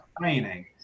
training